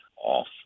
off